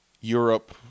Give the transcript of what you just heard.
Europe